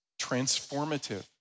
transformative